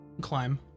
climb